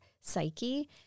psyche